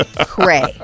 Cray